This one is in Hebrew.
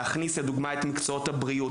להכניס את מקצועות הבריאות,